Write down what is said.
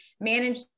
manage